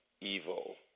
evil